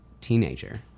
teenager